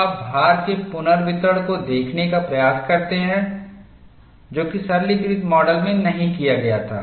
तो आप भार के पुनर्वितरण को देखने का प्रयास करते हैं जो कि सरलीकृत माडल में नहीं किया गया था